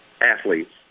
athletes